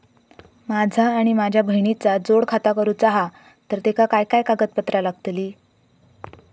माझा आणि माझ्या बहिणीचा जोड खाता करूचा हा तर तेका काय काय कागदपत्र लागतली?